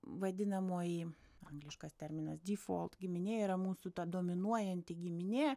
vadinamoji angliškas terminas dy folt giminė yra mūsų ta dominuojanti giminė